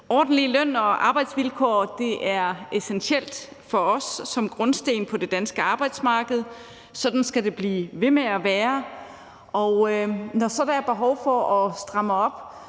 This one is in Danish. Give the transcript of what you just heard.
Ordentlige løn- og arbejdsvilkår er essentielt for os som grundsten på det danske arbejdsmarked, og sådan skal det blive ved med at være. Når så der er behov for at stramme op,